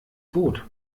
boot